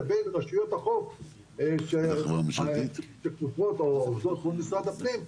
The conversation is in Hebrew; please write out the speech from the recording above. לבין רשויות החוף שעובדות מול משרד הפנים,